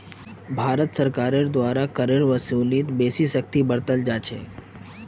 भारत सरकारेर द्वारा करेर वसूलीत बेसी सख्ती बरताल जा छेक